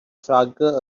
struggle